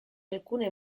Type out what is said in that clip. alcune